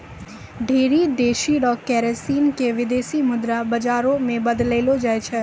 ढेरी देशो र करेन्सी क विदेशी मुद्रा बाजारो मे बदललो जाय छै